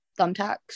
thumbtacks